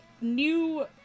new